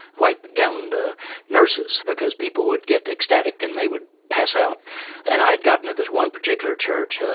white-gowned ah nurses because people would get ecstatic and they would pass out and i'd gotten to this one particular church, ah